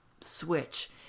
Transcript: switch